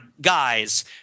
guys